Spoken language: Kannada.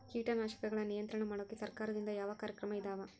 ಕೇಟನಾಶಕಗಳ ನಿಯಂತ್ರಣ ಮಾಡೋಕೆ ಸರಕಾರದಿಂದ ಯಾವ ಕಾರ್ಯಕ್ರಮ ಇದಾವ?